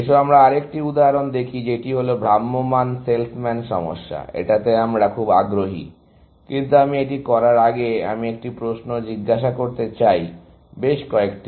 এসো আমরা আরেকটি উদাহরণ দেখি যেটি হল ভ্রাম্যমান সেলসম্যান সমস্যা এটাতে আমরা খুব আগ্রহী কিন্তু আমি এটি করার আগে আমি একটি প্রশ্ন জিজ্ঞাসা করতে চাই বেশ কয়েকটি